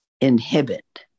inhibit